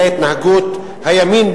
זה התנהגות הימין,